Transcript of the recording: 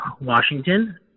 Washington